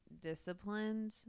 disciplined